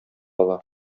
ала